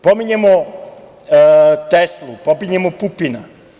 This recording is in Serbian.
Pominjemo Teslu, pominjemo Pupina.